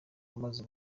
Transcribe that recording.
bamaze